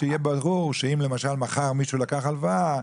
כדי שיהיה ברור שאם למשל מחר מישהו לקח הלוואה,